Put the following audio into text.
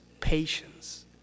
patience